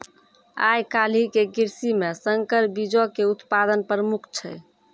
आइ काल्हि के कृषि मे संकर बीजो के उत्पादन प्रमुख छै